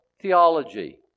theology